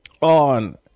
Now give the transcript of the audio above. on